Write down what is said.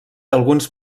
alguns